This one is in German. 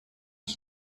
ich